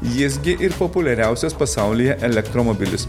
jis gi ir populiariausias pasaulyje elektromobilis